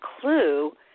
clue